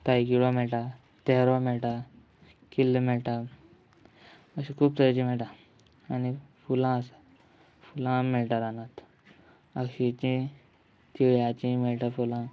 तायकिळो मेळटा तेरो मेळटा किल्ल मेळटा अशें खूब तरेचे मेळटा आनी फुलां आसा फुलां मेळटा रानांत आखीचीं तिळ्याचीं मेळटा फुलां